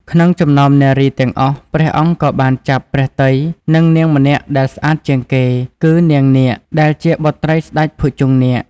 ក្នុងចំណោមនារីទាំងអស់ ព្រះអង្គក៏បានចាប់ព្រះទ័យនឹងនាងម្នាក់ដែលស្អាតជាងគេ គឺ នាងនាគ ដែលជាបុត្រីស្ដេចភុជង្គនាគ។